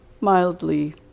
mildly